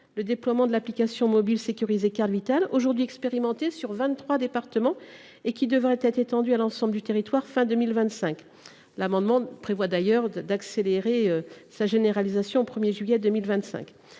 le déploiement de l’application mobile sécurisée Carte Vitale, aujourd’hui expérimentée dans vingt trois départements, et qui devrait être étendue à l’ensemble du territoire à la fin de 2025. L’amendement prévoit d’ailleurs d’accélérer sa généralisation au 1 juillet 2025.